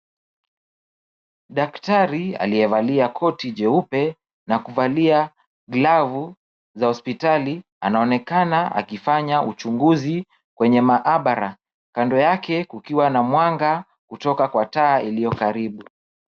Daktari aliyevalia koti jeupe na kuvalia glavu za hospitali anaonekana akifanya uchunguzi kwenye maabara. Kando yake kukiwa na mwanga kutoka kwa taa ilio karibu.